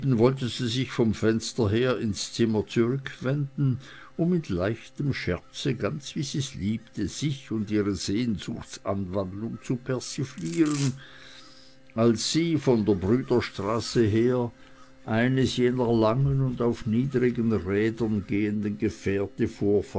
wollte sie sich vom fenster her ins zimmer zurückwenden um in leichtem scherze ganz wie sie's liebte sich und ihre sehnsuchtsanwandlung zu persiflieren als sie von der brüderstraße her eines jener langen und auf niedrigen rädern gehenden gefährte